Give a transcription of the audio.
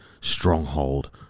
Stronghold